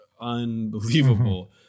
unbelievable